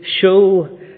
show